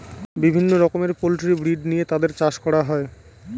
বিভিন্ন রকমের poultry breed নিয়ে তাদের চাষ করা হয়